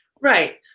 right